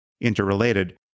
interrelated